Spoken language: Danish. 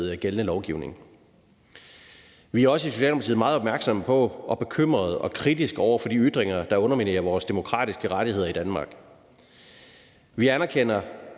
gældende lovgivning. Vi er også i Socialdemokratiet meget opmærksomme på og bekymrede og kritiske over for de ytringer, der underminerer vores demokratiske rettigheder i Danmark. Vi anerkender